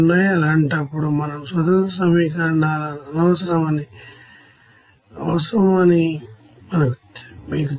అలాంటప్పుడు మరింత ఇండిపెండెంట్ ఈక్వేషన్లు అవసరమని మీకు తెలుసు